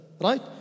right